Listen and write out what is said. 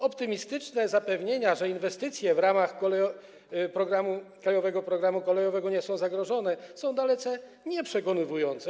Optymistyczne zapewnienia, że inwestycje w ramach „Krajowego programu kolejowego” nie są zagrożone, są dalece nieprzekonujące.